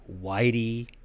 whitey